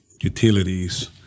utilities